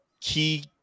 key